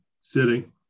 Sitting